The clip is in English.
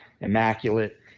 immaculate